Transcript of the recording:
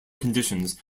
conditions